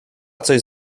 coś